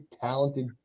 talented